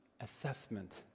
assessment